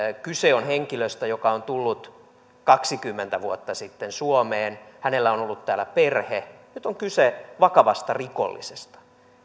kyse on henkilöstä joka on tullut kaksikymmentä vuotta sitten suomeen hänellä on ollut täällä perhe nyt on kyse vakavasta rikollisesta